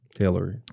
Hillary